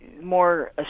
more